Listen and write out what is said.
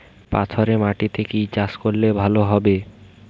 পাথরে মাটিতে কি চাষ করলে ভালো হবে?